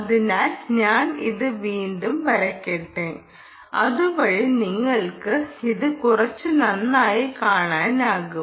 അതിനാൽ ഞാൻ ഇത് വീണ്ടും വരയ്ക്കട്ടെ അതുവഴി നിങ്ങൾക്ക് ഇത് കുറച്ച് നന്നായി കാണാനാകും